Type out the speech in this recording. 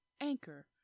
Anchor